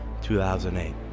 2008